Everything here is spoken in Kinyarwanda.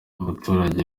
abaturage